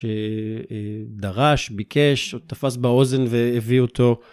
שדרש, ביקש, תפס באוזן והביא אותו.